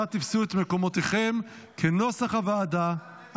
כנוסח הוועדה.